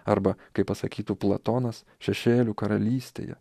arba kaip pasakytų platonas šešėlių karalystėje